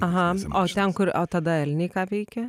aha o ten kur o tada elniai ką veikia